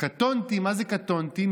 מה זה "קטונתי"?